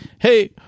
hey